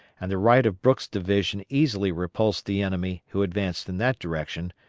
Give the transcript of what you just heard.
and the right of brooks' division easily repulsed the enemy who advanced in that direction,